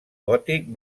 gòtic